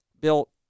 built